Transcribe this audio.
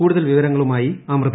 കൂടുതൽ വിവരങ്ങളുമായി അമൃത